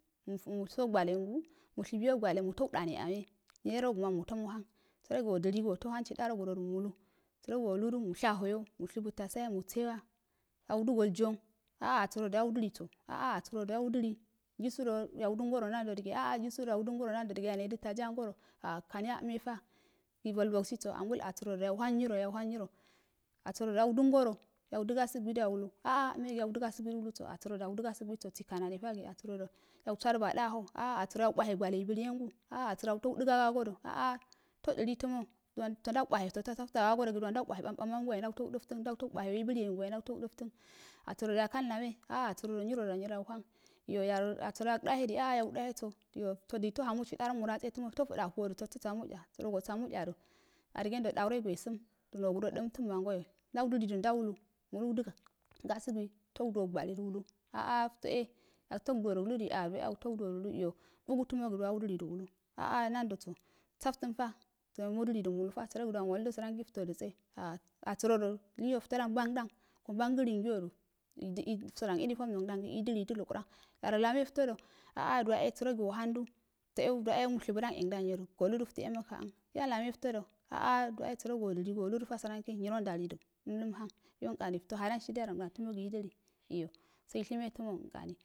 Musi gwalengu mushibuyo gwalengu muto dane ame nyile roguma mutou hang sərogi wodiligi wato wohang chidarogudo mulu sərogi waludu mushahayo mushubu tasaye muse wa yaudu igiyan a'a abərodo yaudili sa a'a asəro yaudili jisudo yauɗə ngoro nadodige a'a jisudo yaudu ngo ronadige yandə taji a ngoro a kariya mefa gibol bogsiso agul asərado yau hana nyiro yauhang nyiro asərodo yaudən ngoro yaudə gasugu daulu a'a mehe ndaudə gasugnigi uluso asə rodo yaudo gasugu luso sikan aditagi abəro do yau baduguado aho a'a aba'ro yau mbahe gwalen biliyenge a'a abəro yau dəga gagod a'a to dili təmə duwan fto nduba he ifo to dili saftən agagogi duwan ndubah bambam anguwahe ndu to dəftən ndutoubrahe we biliyangu wahe ndau tou dəfton asərodo yaghang lame a'a asərodo nyiroda nyiro yauhang iyo yaru abəroda yag dahedi a'a yau dalieso iyo todi to hamchide darangmo atseso tomo tofədatudi to samo tcha sərogi go samodo adigendo dau egi we sum nogudo də əriftəri magoyo ndau dilindan lu neudə gasugui to duwa gwaledi ulu a'a fto e ndu tou duwodi uludi uyo bugu tumogi duwau dilidoulu a'a nondoso saftənfa duwan mudili do mulufa sərogi duwan waludo səransi fto dətse a asarodo liyo floda mbangədan gomba riga linguyodu idə usodan uniform nangdangi idili də llukuran yaro lame ftodo a'a duwa e sərogi wohangdu toe duwa'e mushitudan yengdanyo du ftoe muhaən yalame ftodo a'a duwa e sərogi wodiligi waludotasə ranki nyirondalido mulum hanmng yalnkani hadan shilingarondan tomodi idili iyo seishime tomo inkani